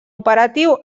operatiu